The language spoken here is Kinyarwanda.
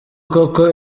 koko